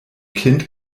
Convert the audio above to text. kind